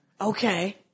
okay